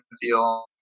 feel